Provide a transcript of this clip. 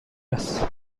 است